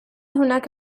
هناك